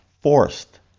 forced